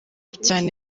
cyane